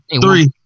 Three